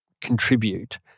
contribute